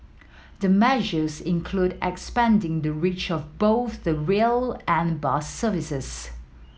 the measures include expanding the reach of both the rail and bus services